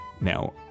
Now